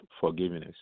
forgiveness